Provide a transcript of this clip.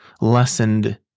lessened